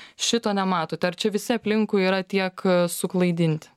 šito nematote ar čia visi aplinkui yra tiek suklaidinti